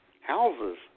houses